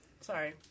Sorry